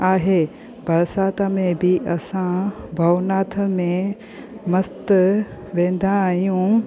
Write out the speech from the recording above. आहे बरसाति में बि असां भवनाथ में मस्तु वेंदा आहियूं